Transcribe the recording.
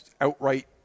outright